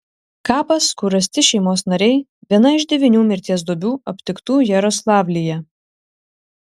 kapas kur rasti šeimos nariai viena iš devynių mirties duobių aptiktų jaroslavlyje